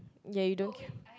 ya you don't care